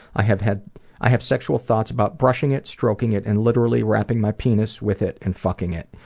i have had i have sexual thoughts about brushing it, stroking it, and literally wrapping my penis with it and fucking it.